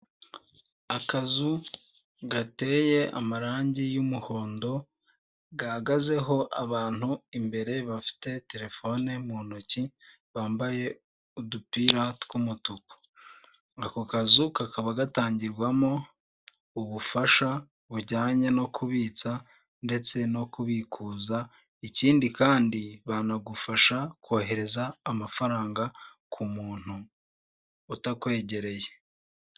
Akazu gateye amarangi y'umuhondo gahagazeho abantu imbere bafite telefone mu ntoki bambaye udupira tw'umutuku ako kazu kakaba gatangirwamo ubufasha bujyanye no kubitsa ndetse no kubikuza ikindi kandi banagufasha kohereza amafaranga ku muntu utakwegereye .